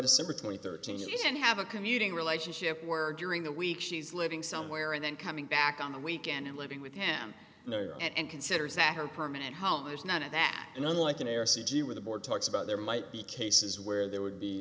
december twenty third and have a commuting relationship were during the week she's living somewhere and then coming back on the weekend and living with him and considers that her permanent home is none of that and unlike an heiress e g where the board talks about there might be cases where there would be